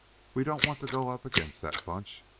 we don't want to go up against that bunch.